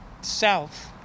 south